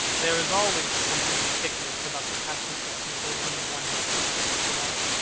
there is always something ridiculous about the emotions of people whom one has ceased to love.